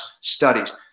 studies